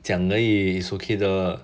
讲而已 is okay 的